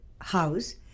house